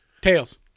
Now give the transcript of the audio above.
Tails